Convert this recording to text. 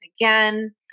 Again